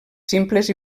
simples